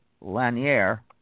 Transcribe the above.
Lanier